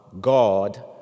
God